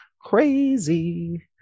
crazy